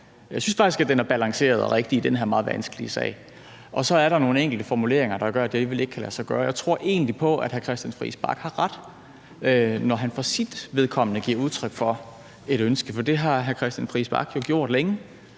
Jeg synes faktisk, at den er balanceret og rigtig i den her meget vanskelige sag. Og så er der nogle enkelte formuleringer, der gør, det alligevel ikke kan lade sig gøre. Jeg tror egentlig på, at hr. Christian Friis Bach har ret, når han for sit vedkommende giver udtryk for det ønske, for det har hr. Christian Friis Bach jo gjort længe.